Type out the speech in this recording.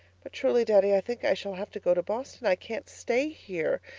but truly, daddy, i think i shall have to go to boston. i can't stay here.